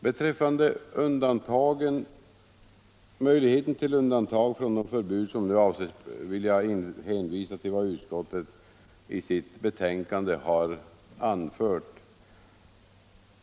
Beträffande möjligheten till undantag från de förbud som nu föreslås vill jag hänvisa till vad utskottet i sitt betänkande har anfört.